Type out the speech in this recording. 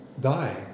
die